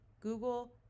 Google